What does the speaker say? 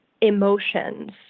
emotions